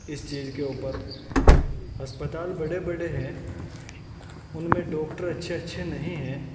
اس چیز کے اوپر ہسپتال بڑے بڑے ہیں ان میں ڈاکٹر اچھے اچھے نہیں ہیں